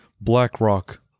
BlackRock